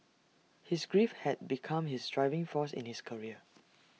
his grief had become his driving force in his career